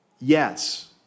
Yes